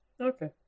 Okay